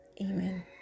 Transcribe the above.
amen